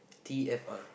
T F R